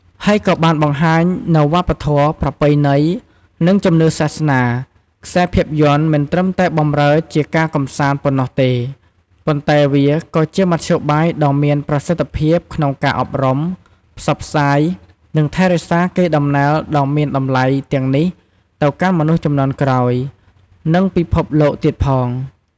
ហើយក៏បានបង្ហាញនូវវប្បធម៌ ប្រពៃណី និងជំនឿសាសនា ខ្សែភាពយន្តមិនត្រឹមតែបម្រើជាការកម្សាន្តប៉ុណ្ណោះទេ ប៉ុន្តែវាក៏ជាមធ្យោបាយដ៏មានប្រសិទ្ធភាពក្នុងការអប់រំ ផ្សព្វផ្សាយ និងថែរក្សាកេរដំណែលដ៏មានតម្លៃទាំងនេះទៅកាន់មនុស្សជំនាន់ក្រោយ និងពិភពលោកទៀតផង។